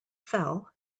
fell